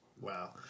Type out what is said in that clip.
Wow